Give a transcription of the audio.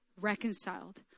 reconciled